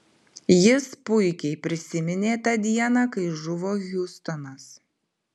jis puikiai prisiminė tą dieną kai žuvo hiustonas